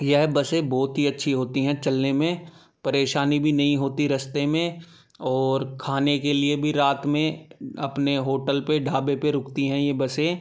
यह बसें बहुत ही अच्छी होतीं हैं चलने में परेशानी भी नहीं होती रास्ते में और खाने के लिए भी रात में अपने होटल पर ढाबे पर रूकती हैं यह बसें